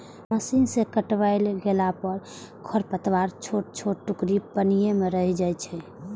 machine सं कटाइ कयला पर खरपतवारक छोट छोट टुकड़ी पानिये मे रहि जाइ छै